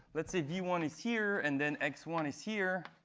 let's say v one is here and then x one is here.